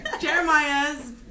jeremiah's